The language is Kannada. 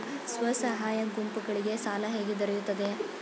ಸ್ವಸಹಾಯ ಗುಂಪುಗಳಿಗೆ ಸಾಲ ಹೇಗೆ ದೊರೆಯುತ್ತದೆ?